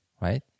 right